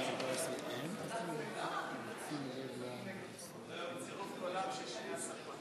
ההסתייגות של קבוצת סיעת המחנה הציוני לסעיף 12 לא